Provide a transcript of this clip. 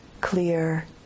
clear